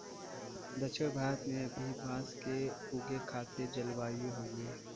दक्षिण भारत में भी बांस के उगे खातिर जलवायु हउवे